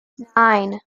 nine